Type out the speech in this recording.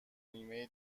نیمه